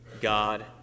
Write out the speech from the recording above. God